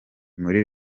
muri